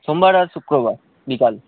সোমবার আর শুক্রবার বিকাল